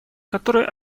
которые